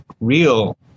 real